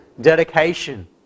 dedication